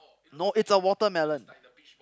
no it's a watermelon